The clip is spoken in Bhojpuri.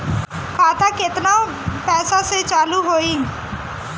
खाता केतना पैसा से चालु होई?